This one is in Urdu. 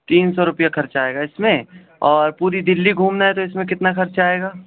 تین سو روپیہ خرچ آئے گا اس میں اور پوری دہلی گھومنا ہے تو اس میں کتنا خرچہ آئے گا